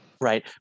Right